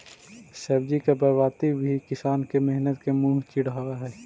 सब्जी के बर्बादी भी किसान के मेहनत के मुँह चिढ़ावऽ हइ